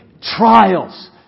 Trials